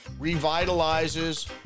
revitalizes